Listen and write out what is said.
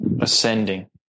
ascending